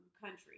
country